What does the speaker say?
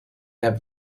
have